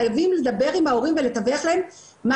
חייבים לדבר עם ההורים ולתווך להם מה